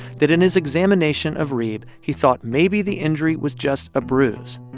that in his examination of reeb he thought maybe the injury was just a bruise.